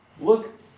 look